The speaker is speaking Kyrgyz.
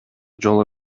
жолу